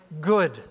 good